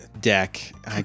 deck